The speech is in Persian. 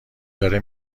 داره